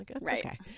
Right